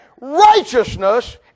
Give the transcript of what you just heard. righteousness